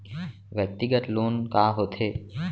व्यक्तिगत लोन का होथे?